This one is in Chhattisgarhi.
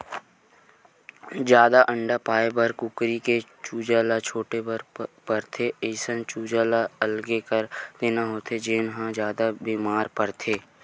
जादा अंडा पाए बर कुकरी के चूजा ल छांटे बर परथे, अइसन चूजा ल अलगे कर देना होथे जेन ह जादा बेमार परथे